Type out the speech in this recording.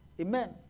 Amen